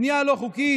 בנייה לא חוקית,